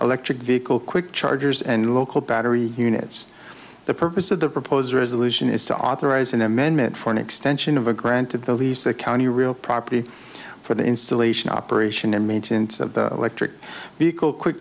electric vehicle quick chargers and local battery units the purpose of the proposed resolution is to authorize an amendment for an extension of a grant of the lease the county real property for the installation operation and maintenance of the electric vehicle quick